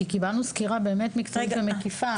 כי קיבלנו סקירה מקצועית ומקיפה.